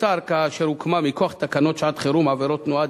היתה ערכאה אשר הוקמה מכוח תקנות שעת-חירום (עבירות תנועה,